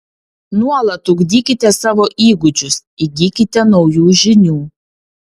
nuolat ugdykite savo įgūdžius įgykite naujų žinių